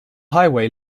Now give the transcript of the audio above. highway